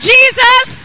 Jesus